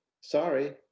sorry